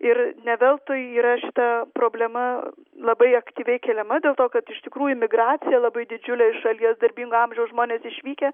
ir ne veltui yra šita problema labai aktyviai keliama dėl to kad iš tikrųjų migracija labai didžiulė iš šalies darbingo amžiaus žmonės išvykę